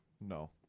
no